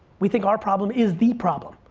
we think our problem is the problem.